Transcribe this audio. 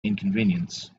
inconvenience